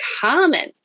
common